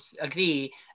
agree